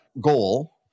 goal